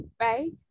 Right